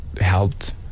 helped